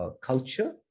culture